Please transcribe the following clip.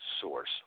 source